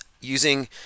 using